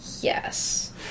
Yes